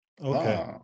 Okay